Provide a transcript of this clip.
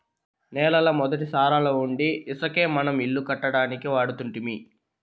నేలల మొదటి సారాలవుండీ ఇసకే మనం ఇల్లు కట్టడానికి వాడుతుంటిమి